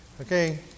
Okay